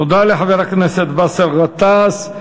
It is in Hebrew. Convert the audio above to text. תודה לחבר הכנסת באסל גטאס.